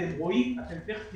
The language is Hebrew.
אתם רואים, אתם תכף תראו,